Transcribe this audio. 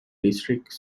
districts